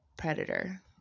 predator